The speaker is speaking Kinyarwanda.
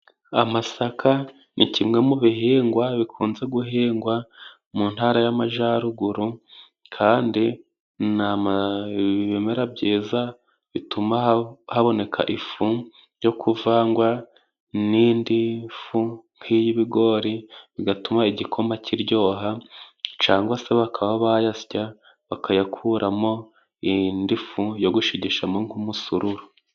Amasaka ni kimwe mu bihingwa bikunze guhingwa mu ntara y'amajaruguru, kandi ni ibimera byiza bituma haboneka ifu yo kuvangwa n'indi fu nk'iy'ibigori, bigatuma igikoma kiryoha cangwa se bakaba bayasya bakayakuramo indi fu yo gushigishamo nk'umusururu.